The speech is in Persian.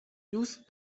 دوست